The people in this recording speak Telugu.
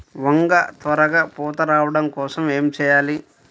వంగ త్వరగా పూత రావడం కోసం ఏమి చెయ్యాలి?